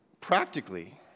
practically